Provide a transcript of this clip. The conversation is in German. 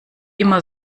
immer